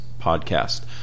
podcast